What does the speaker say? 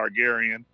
Targaryen